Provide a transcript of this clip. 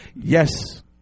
Yes